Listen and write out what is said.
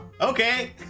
Okay